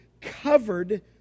covered